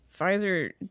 Pfizer